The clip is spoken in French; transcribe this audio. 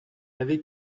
avait